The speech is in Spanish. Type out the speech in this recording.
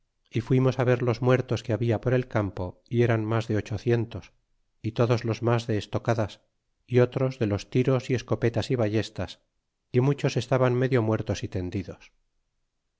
y fuimos ver los muertos que habia por el campo y eran mas de ochocientos y todos los mas de estocadas y otros de los tiros y escopetas y ballestas y muchos estaban medio muertos y tendidos